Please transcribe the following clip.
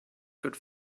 could